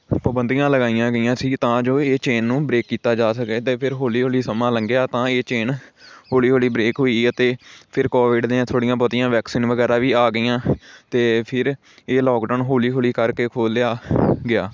ਪਾਬੰਦੀਆਂ ਲਗਾਈਆਂ ਗਈਆਂ ਸੀ ਤਾਂ ਜੋ ਇਹ ਚੇਨ ਨੂੰ ਬ੍ਰੇਕ ਕੀਤਾ ਜਾ ਸਕੇ ਅਤੇ ਫਿਰ ਹੌਲੀ ਹੌਲੀ ਸਮਾਂ ਲੰਘਿਆ ਤਾਂ ਇਹ ਚੇਨ ਹੌਲੀ ਹੌਲੀ ਬ੍ਰੇਕ ਹੋਈ ਹੈ ਅਤੇ ਫਿਰ ਕੋਵਿਡ ਦੀਆਂ ਥੋੜ੍ਹੀਆਂ ਬਹੁਤੀਆਂ ਵੈਕਸੀਨ ਵਗੈਰਾ ਵੀ ਆ ਗਈਆਂ ਅਤੇ ਫਿਰ ਇਹ ਲੋਕਡਾਊਨ ਹੌਲੀ ਹੌਲੀ ਕਰਕੇ ਖੋਲ੍ਹਿਆ ਗਿਆ